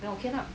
then okay lah